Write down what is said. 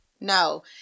no